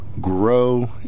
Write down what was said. grow